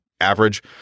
average